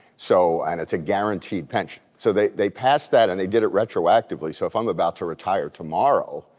so and it's a guaranteed pension. so they they passed that and they did it retroactively. so if i'm about to retire tomorrow,